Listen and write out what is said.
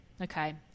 okay